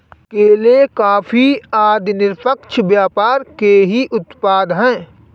केले, कॉफी आदि निष्पक्ष व्यापार के ही उत्पाद हैं